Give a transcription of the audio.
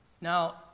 Now